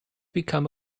become